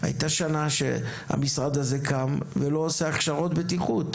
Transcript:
הייתה שנה כשהמשרד הזה קם שהוא לא עשה הכשרות בטיחות,